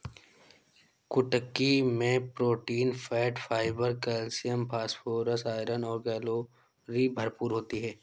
कुटकी मैं protein, fat, fibre, calcium, phosphorus, iron और कैलोरी भरपूर होती है